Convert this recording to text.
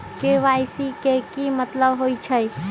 KYC के कि मतलब होइछइ?